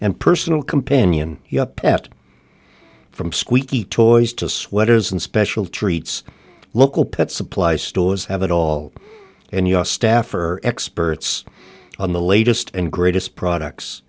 and personal companion yup pet from squeaky toys to sweaters and special treats local pet supply stores have it all and your staff are experts on the latest and greatest products